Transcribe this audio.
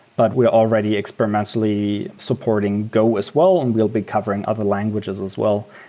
but we are already experimentally supporting go as well and we'll be covering other languages as well.